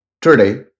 Today